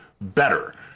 better